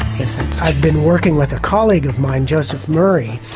i've been working with a colleague of mine, joseph murray,